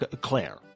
Claire